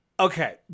Okay